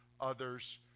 others